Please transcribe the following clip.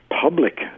public